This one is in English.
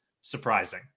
surprising